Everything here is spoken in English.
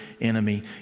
enemy